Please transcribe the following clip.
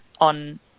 on